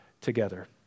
together